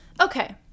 okay